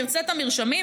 תרצה את המרשמים,